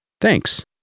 Thanks